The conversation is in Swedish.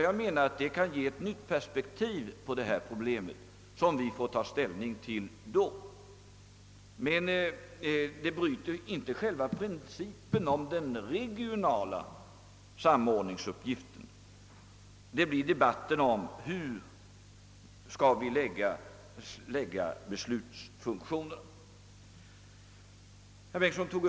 Jag menar att det kan ge ett nytt perspektiv på detta problem som vi får ta ställning till i sinom tid. Men det bryter inte själva principen om den regionala samordningsuppgiften. Den debatten kommer att gälla var beslutandefunktionen skall läggas.